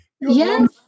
Yes